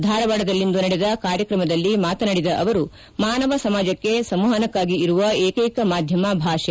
ಧಾರವಾಡದಲ್ಲಿಂದು ನಡೆದ ಕಾರ್ಯಕ್ರಮದಲ್ಲಿ ಮಾತನಾಡಿದ ಅವರು ಮಾನವ ಸಮಾಜಕ್ಕೆ ಸಂವಹನಕ್ಕಾಗಿ ಇರುವ ಏಕೈಕ ಮಾಧ್ಯಮ ಭಾಷೆ